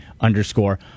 underscore